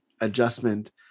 adjustment